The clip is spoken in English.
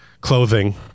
clothing